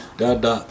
dada